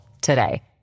today